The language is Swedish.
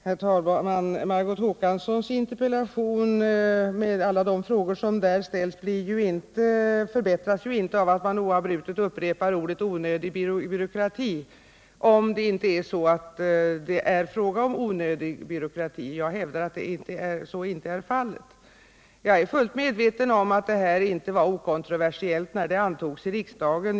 Herr talman! Margot Håkanssons interpellation med alla de frågor som där ställts förbättras inte av att man oavbrutet upprepar orden ”onödig byråkrati”, om det inte är så att det är fråga om onödig byråkrati. Jag hävdar att så inte är fallet. Jag är fullt medveten om att beslutet om SIL inte var okontroversiellt när det antogs av riksdagen.